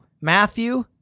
Matthew